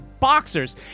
boxers